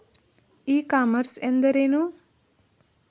E commerce ಎಂದರೇನು?